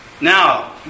Now